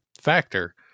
factor